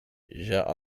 جاء